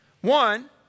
One